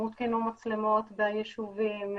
הותקנו מצלמות ביישובים,